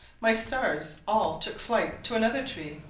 my stars all took flight to another tree,